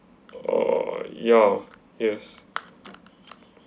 err ya yes